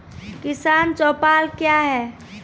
किसान चौपाल क्या हैं?